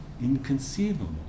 inconceivable